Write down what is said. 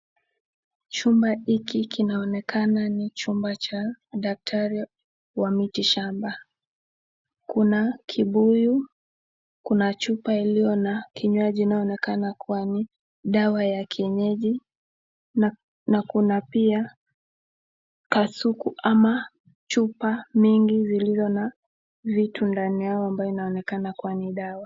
Chumba hiki kinaonekana ni chumba cha daktari wa miti shamba. Kuna kibuyu, kuna chupa iliyo na kinywaji inayoonekana kuwa ni dawa ya kienyeji na kuna pia kasuku ama chupa mingi zilizo na vitu ndani yao ambayo inaonekana kuwa ni dawa.